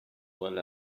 well